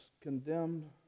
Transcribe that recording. condemned